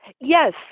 Yes